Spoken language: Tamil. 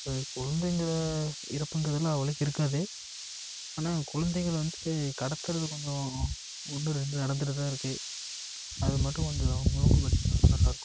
இப்போ குழந்தைங்கள இறப்புங்குறதுலாம் அவ்வளோக்கு இருக்காது ஆனால் குழந்தைங்கள வந்து கடத்துகிறது கொஞ்சம் ஒன்று ரெண்டு நடந்துட்டு தான் இருக்குது அதுமட்டும் கொஞ்சம் ஒழுங்குப்படுத்துனால் நல்லாயிருக்கும்